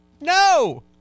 No